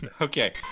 Okay